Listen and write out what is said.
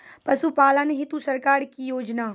पशुपालन हेतु सरकार की योजना?